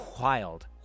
wild